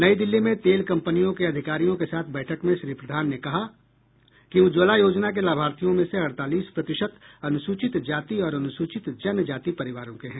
नई दिल्ली में तेल कंपनियों के अधिकारियों के साथ बैठक में श्री प्रधान ने कहा कि उज्ज्वला योजना के लाभार्थियों में से अड़तालीस प्रतिशत अनुसूचित जाति और अनुसूचित जनजाति परिवारों के हैं